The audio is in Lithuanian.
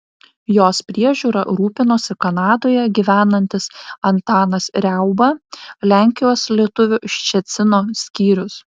jos priežiūra rūpinosi kanadoje gyvenantis antanas riauba lenkijos lietuvių ščecino skyrius